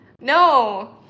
no